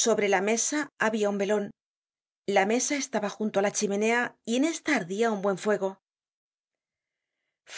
sobre la mesa habia un velon la mesa estaba junto á la chimenea y en esta ardia un buen fuego